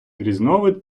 різновид